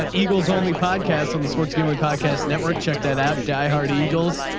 ah eagles only podcast on the sports gambling podcast network check that out. die hard. eagles.